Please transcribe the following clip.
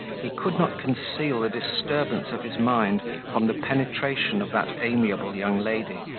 he could not conceal the disturbance of his mind from the penetration of that amiable young lady,